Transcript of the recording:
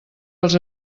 els